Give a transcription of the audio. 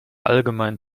allgemeinen